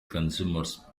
consumers